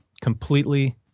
completely